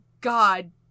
God